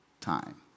time